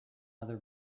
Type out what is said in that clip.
other